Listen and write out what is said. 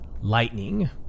Lightning